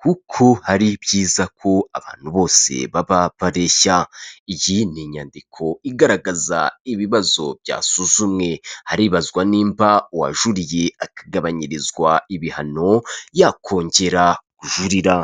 kuko hari byiza ko abantu bose baba bareshya. Iyi ni inyandiko igaragaza ibibazo byasuzumwe, haribazwa nimba uwajuririye atagabanyirizwa ibihano yakongera kujurira.